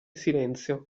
silenzio